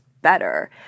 better